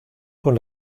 con